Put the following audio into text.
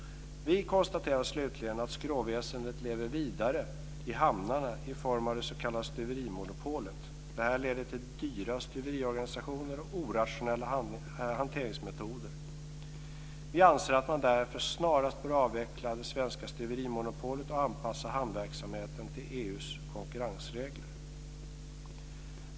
Vi konstaterar slutligen att skråväsendet lever vidare i hamnarna i form av det s.k. stuverimonopolet. Detta leder till dyra stuveriorganisationer och orationella hanteringsmetoder. Vi anser att man därför snarast bör avveckla det svenska stuverimonopolet och anpassa hamnverksamheten till EU:s konkurrensregler.